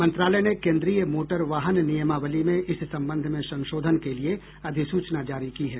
मंत्रालय ने केन्द्रीय मोटर वाहन नियमावली में इस संबंध में संशोधन के लिए अधिसूचना जारी की है